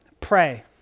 pray